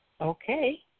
Okay